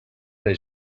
les